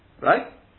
right